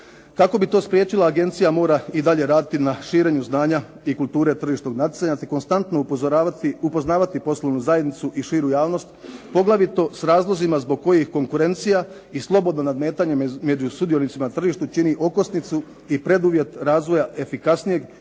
Kako bi to spriječila agencija mora i dalje raditi na širenju znanja i kulture tržišnog natjecanja te konstantno upoznavati poslovnu zajednicu i širu javnost, poglavito s razlozima zbog kojih konkurencija i slobodno nadmetanje među sudionicima na tržištu čini okosnicu i preduvjet razvoja efikasnijeg